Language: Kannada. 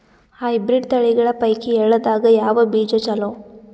ಹೈಬ್ರಿಡ್ ತಳಿಗಳ ಪೈಕಿ ಎಳ್ಳ ದಾಗ ಯಾವ ಬೀಜ ಚಲೋ?